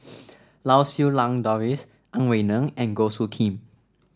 Lau Siew Lang Doris Ang Wei Neng and Goh Soo Khim